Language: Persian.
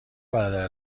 برادر